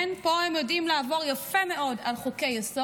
כן, פה הם יודעים לעבור יפה מאוד על חוקי-יסוד,